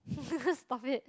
stop it